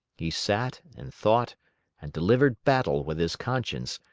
he sat and thought and delivered battle with his conscience,